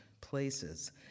places